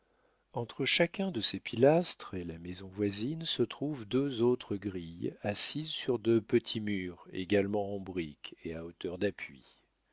entre chacun de ces pilastres et la maison voisine se trouvent deux autres grilles assises sur de petits murs également en brique et à hauteur d'appui